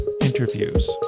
Interviews